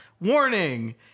Warning